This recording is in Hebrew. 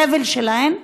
בסבל שלהן,